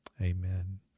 amen